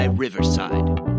Riverside